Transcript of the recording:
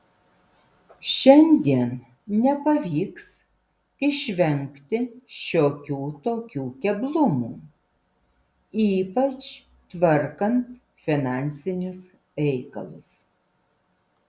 šiandien nepavyks išvengti šiokių tokių keblumų ypač tvarkant finansinius reikalus